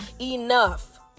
enough